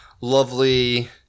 lovely